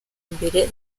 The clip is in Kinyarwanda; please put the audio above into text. mbere